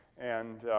and